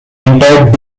entered